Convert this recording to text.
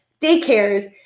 daycares